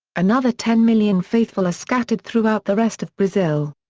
another ten million faithful are scattered throughout the rest of brazil.